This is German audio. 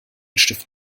stift